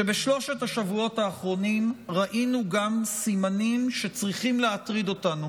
שבשלושת השבועות האחרונים ראינו גם סימנים שצריכים להטריד אותנו